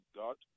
god